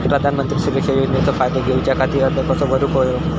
प्रधानमंत्री सुरक्षा योजनेचो फायदो घेऊच्या खाती अर्ज कसो भरुक होयो?